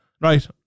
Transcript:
right